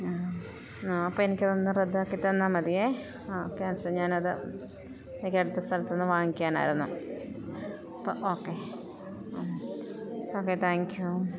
അപ്പം എനിക്ക് അതൊന്ന് റദ്ദാക്കി തന്നാൽ മതിയേ ക്യാന്സല് ഞാൻ അത് എനിക്ക് അടുത്ത സ്ഥലത്ത് നിന്ന് വാങ്ങിക്കാനായിരുന്നു അപ്പം ഓക്കെ ഓക്കെ താങ്ക് യു